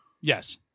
Yes